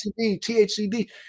THCD